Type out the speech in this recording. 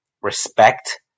respect